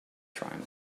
time